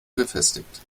befestigt